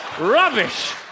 Rubbish